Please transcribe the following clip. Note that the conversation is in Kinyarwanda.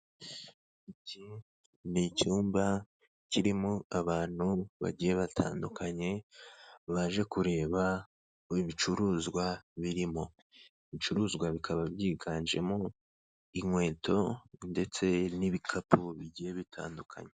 Iki ni icyumba kirimo abantu bagiye batandukanye baje kureba ibicuruzwa birimo ibicuruzwa birimo, ibicuruzwa bikaba byiganjemo inkweto ndetse n'ibikapu bigiye bitandukanye.